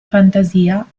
fantasia